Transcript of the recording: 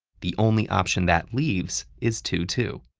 the only option that leaves is two two.